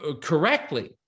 correctly